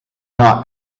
not